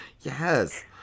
Yes